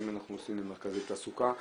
האם אנחנו נותנים למרכזי תעסוקה.